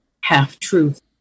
half-truth